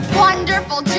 wonderful